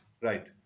right